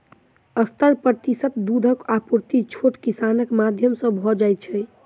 सत्तर प्रतिशत दूधक आपूर्ति छोट किसानक माध्यम सॅ भ जाइत छै